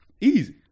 easy